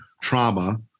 trauma